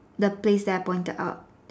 the place that I pointed out